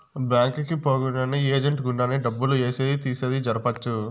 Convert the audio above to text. bank కి పోకుండానే agent గుండానే డబ్బులు ఏసేది తీసేది జరపొచ్చు